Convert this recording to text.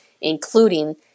including